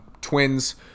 Twins